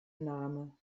name